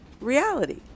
reality